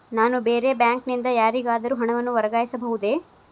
ನಾನು ಬೇರೆ ಬ್ಯಾಂಕ್ ನಿಂದ ಯಾರಿಗಾದರೂ ಹಣವನ್ನು ವರ್ಗಾಯಿಸಬಹುದೇ?